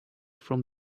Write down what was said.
from